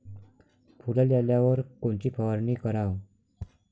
फुलाले आल्यावर कोनची फवारनी कराव?